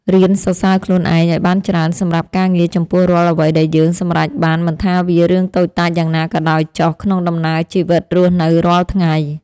រៀនសរសើរខ្លួនឯងឱ្យបានច្រើនសម្រាប់ការងារចំពោះរាល់អ្វីដែលយើងសម្រេចបានមិនថាវារឿងតូចតាចយ៉ាងណាក៏ដោយចុះក្នុងដំណើរជីវិតរស់នៅរាល់ថ្ងៃ។